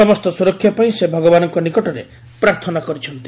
ସମସ୍ତ ସୁରକ୍ଷା ପାଇଁ ସେ ଭଗବାନଙ୍କ ନିକଟରେ ପ୍ରାର୍ଥନା କରିଛନ୍ତି